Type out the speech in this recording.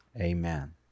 amen